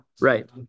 Right